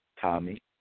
Tommy